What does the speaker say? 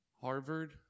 Harvard